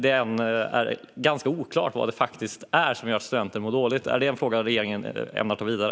Det är ganska oklart vad som gör att studenter mår dåligt. Är detta en fråga som regeringen ämnar ta vidare?